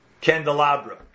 candelabra